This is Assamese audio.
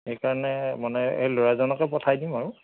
সেইকাৰণে মানে এই ল'ৰাজনকে পঠাই দিম আৰু